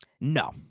No